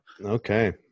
Okay